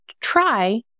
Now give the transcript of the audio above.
try